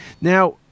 Now